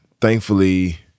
thankfully